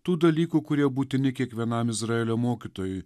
tų dalykų kurie būtini kiekvienam izraelio mokytojui